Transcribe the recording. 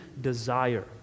desire